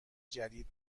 جدید